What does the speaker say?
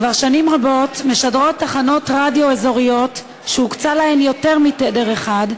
כבר שנים רבות משדרות תחנות רדיו אזוריות שהוקצה להן יותר מתדר אחד,